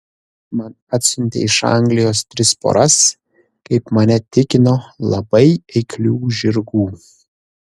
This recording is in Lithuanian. man atsiuntė iš anglijos tris poras kaip mane tikino labai eiklių žirgų